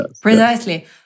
precisely